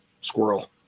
squirrel